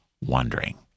wondering